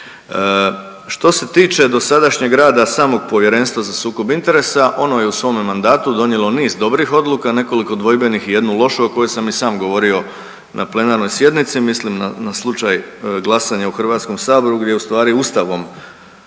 Što se tiče dosadašnjeg rada samog Povjerenstva za sukob interesa ono je u svome mandatu donijelo niz dobrih odluka, nekoliko dvojbenih i jednu lošu o kojoj sam i sam govorio na plenarnoj sjednici, mislim na slučaj glasanja u HS-u gdje je ustvari Ustavom